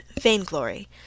vainglory